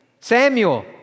Samuel